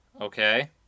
Okay